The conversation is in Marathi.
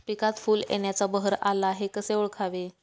पिकात फूल येण्याचा बहर आला हे कसे ओळखावे?